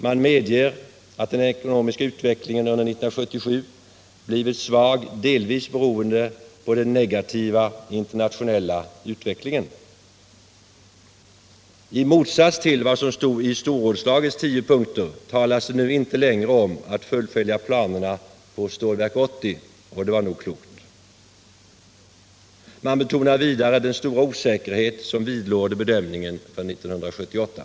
Man medger att den ekonomiska utvecklingen under 1977 blivit svag, delvis beroende på den negativa internationella utvecklingen. I motsats till vad som stod i storrådslagets tio punkter talas det nu inte längre om att fullfölja planerna på Stålverk 80, och det är nog klokt. Vidare betonar man den stora osäkerhet som vidlåder bedömningen för 1978.